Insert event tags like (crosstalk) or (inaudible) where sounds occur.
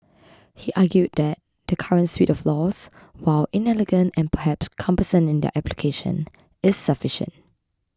(noise) he argued that the current suite of laws while inelegant and perhaps cumbersome in their application is sufficient